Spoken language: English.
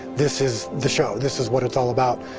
this is the show, this is what it's all about.